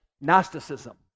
Gnosticism